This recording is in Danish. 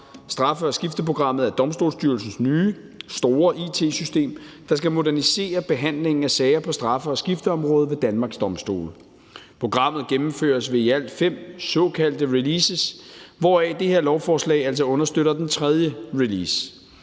Straffe- og skifteprogrammet er Domstolsstyrelsens nye store it-system, der skal modernisere behandlingen af sager på straffe- og skifteområdet ved Danmarks domstole. Programmet gennemføres ved i alt fem såkaldte releases, hvoraf det her lovforslag altså understøtter den tredje release.